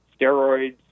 steroids